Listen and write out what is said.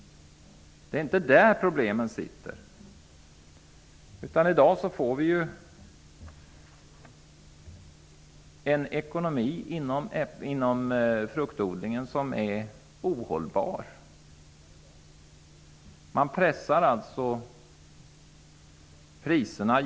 Det är inte där problemet sitter. I dag är ekonomin inom fruktodlingen ohållbar.